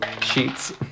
sheets